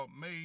made